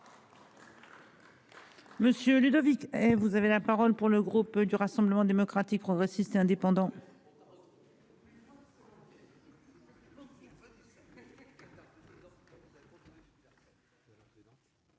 Monsieur Ludovic et vous avez la parole pour le groupe du Rassemblement démocratique progressiste et indépendant.